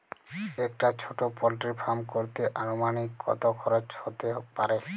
একটা ছোটো poultry farm করতে আনুমানিক কত খরচ কত হতে পারে?